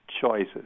choices